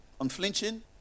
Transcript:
unflinching